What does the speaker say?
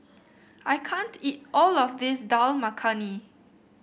I can't eat all of this Dal Makhani